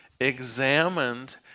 examined